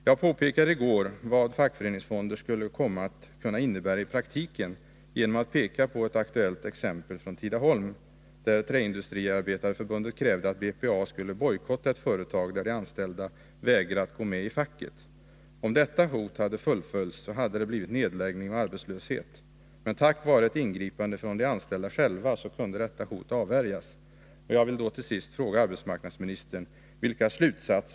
Jag visade i går vad fackföreningsfonder kan komma att innebära i praktiken genom att peka på ett aktuellt exempel i Tidaholm, där Träindustriarbetareförbundet krävde att BPA skulle bojkotta ett företag inom vilket de anställda vägrat gå med i facket. Om detta hot hade fullföljts hade det blivit nedläggning och arbetslöshet, men tack vare ett ingripande från de anställda själva kunde detta hot avvärjas.